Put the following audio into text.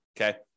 Okay